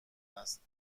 است